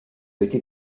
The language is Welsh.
wedi